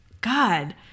God